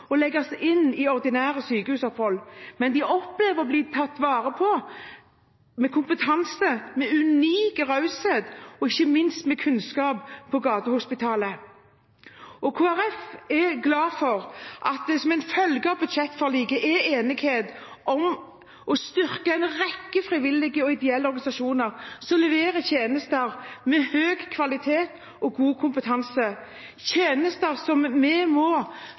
å legges inn på ordinære sykehus. De opplever å bli tatt vare på med kompetanse, unik raushet og ikke minst kunnskap på Gatehospitalet. Kristelig Folkeparti er glad for at det som en følge av budsjettforliket er enighet om å styrke en rekke frivillige og ideelle organisasjoner som leverer tjenester med høy kvalitet og god kompetanse, tjenester som vi må